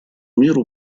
миру